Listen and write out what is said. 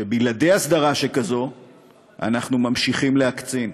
שבלעדי הסדרה שכזו אנחנו ממשיכים להקצין,